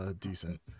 decent